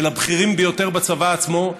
של הבכירים ביותר בצבא עצמו,